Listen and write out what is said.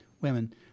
women